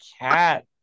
Cat